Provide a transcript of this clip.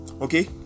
Okay